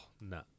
no